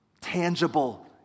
tangible